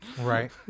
Right